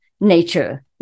nature